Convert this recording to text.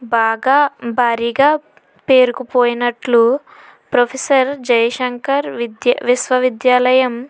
బాగా భారీగా పేరుకుపోయినట్లు ప్రొఫెసర్ జయశంకర్ విద్యా విశ్వవిద్యాలయం